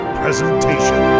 presentation